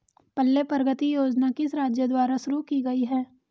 पल्ले प्रगति योजना किस राज्य द्वारा शुरू की गई है?